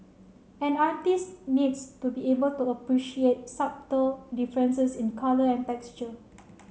an artist needs to be able to appreciate subtle differences in colour and texture